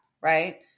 Right